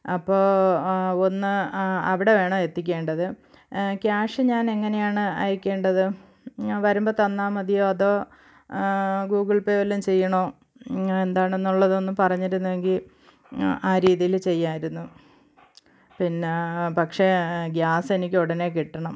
അപ്പോൾ ഒന്ന് അവിടെ വേണം എത്തിക്കേണ്ടത് ക്യാഷ് ഞാൻ എങ്ങനെയാണ് അയക്കേണ്ടത് ഞാൻ വരുമ്പോൾ തന്നാൽ മതിയോ അതോ ഗൂഗിൾ പേ വല്ലോം ചെയ്യണോ എന്താണെന്നുള്ളതൊന്ന് പറഞ്ഞിരുന്നെങ്കിൽ ആ രീതീൽ ചെയ്യാമായിരുന്നു പിന്നെ പക്ഷേ ഗ്യാസെനിക്ക് ഉടനെ കിട്ടണം